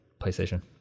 PlayStation